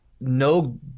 no